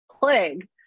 Plague